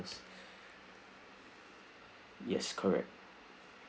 yes correct